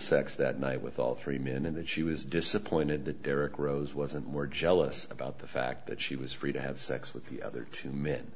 sex that night with all three minutes she was disappointed that derrick rose wasn't more jealous about the fact that she was free to have sex with the other two men